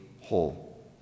whole